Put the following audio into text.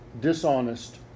dishonest